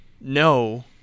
no